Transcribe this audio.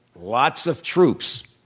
lots of troops.